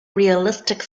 realistic